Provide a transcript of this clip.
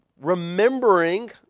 remembering